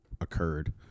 occurred